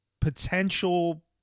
potential